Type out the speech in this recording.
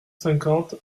cinquante